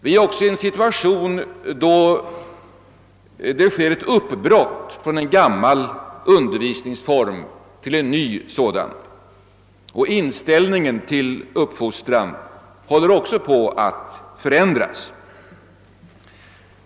Vi är också i en situation då det sker ett uppbrott från en gammal undervisningsform till en ny sådan. Inställningen till uppfostran håller också på att förändras.